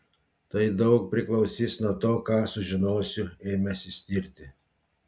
tai daug priklausys nuo to ką sužinosiu ėmęsis tirti